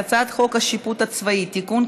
ההצעה להעביר את הצעת חוק השיפוט הצבאי (תיקון,